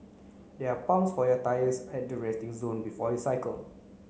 there are pumps for your tyres at the resting zone before you cycle